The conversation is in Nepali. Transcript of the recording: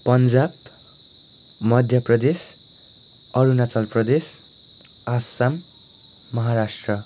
पन्जाब मध्य प्रदेश अरुणाचल प्रदेश आसाम महाराष्ट्र